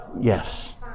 Yes